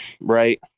right